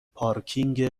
پارکینگ